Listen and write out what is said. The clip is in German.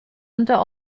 unter